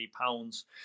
pounds